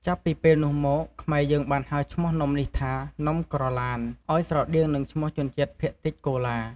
ចាប់ពីពេលនោះមក ខ្មែរយើងបានហៅឈ្មោះនំនេះថា "នំក្រឡាន" ឱ្យស្រដៀងនឹងឈ្មោះជនជាតិភាគតិចកូឡា។